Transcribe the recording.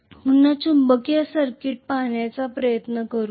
पुन्हा चुंबकीय सर्किट पाहण्याचा प्रयत्न करूया